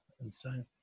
insane